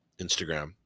Instagram